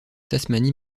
tasmanie